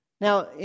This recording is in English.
Now